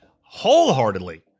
wholeheartedly